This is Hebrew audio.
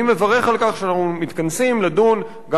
אני מברך על כך שאנחנו מתכנסים לדון גם